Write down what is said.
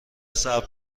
صبر